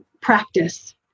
practice